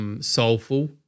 Soulful